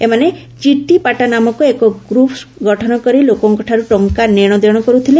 ସେମାନେ ଚିଟିପାଟା ନାମରେ ଏକ ଗ୍ରପ୍ ଗଠନ କରି ଲୋକଙ୍କଠାରୁ ଟଙ୍କା ନେଶ ଦେଶ କରୁଥିଲେ